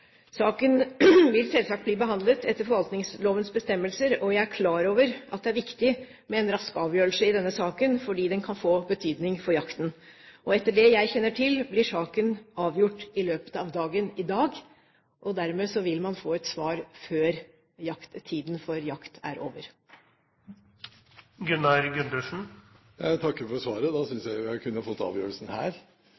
Saken vil selvsagt bli behandlet etter forvaltningslovens bestemmelser, og jeg er klar over at det er viktig med en rask avgjørelse i denne saken fordi den kan få betydning for jakten. Etter det jeg kjenner til, blir saken avgjort i løpet av dagen i dag, og dermed vil man få et svar før tiden for jakt er over. Jeg takker for svaret. Da